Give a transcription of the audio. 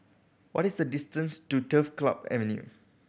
what is the distance to Turf Club Avenue